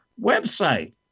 website